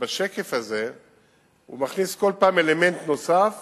ובשקף הזה הוא מכניס כל פעם אלמנט נוסף